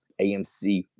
AMC